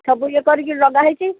ସବୁ ଇଏ କରିକି ଲଗା ହେଇଛି